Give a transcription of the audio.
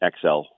XL